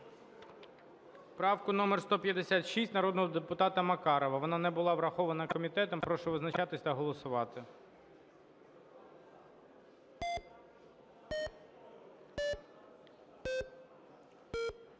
правку номер 156 народного депутата Макарова. Вона не була врахована комітетом. Прошу визначатись та голосувати.